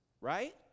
right